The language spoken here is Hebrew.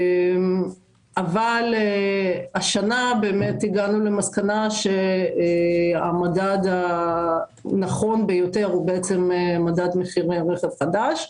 אבל השנה הגענו למסקנה שהמדד הנכון ביותר הוא מדד מחירי רכב חדש.